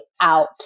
out